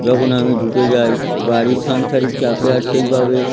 যখন আমি ঢুকে যাই বাড়ির সাংসারিক চাপে আর সেইভাবে